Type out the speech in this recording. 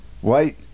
White